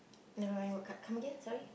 never mind what come again sorry